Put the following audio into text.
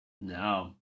No